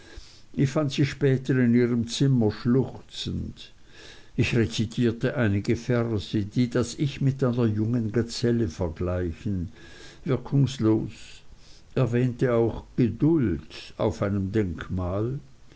ich fand sie später in ihrem zimmer schluchzend ich rezitierte einige verse die das ich mit einer jungen gazelle vergleichen wirkungslos erwähnte auch geduld auf einem denkmal